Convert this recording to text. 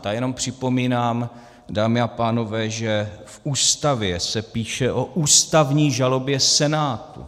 Já jenom připomínám, dámy a pánové, že v Ústavě se píše o ústavní žalobě Senátu.